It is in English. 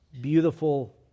beautiful